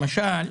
למשל,